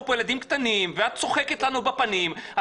פה ילדים קטנים ואת צוחקת לנו בפנים,